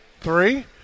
Three